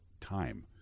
time